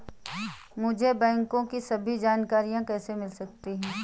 मुझे बैंकों की सभी जानकारियाँ कैसे मिल सकती हैं?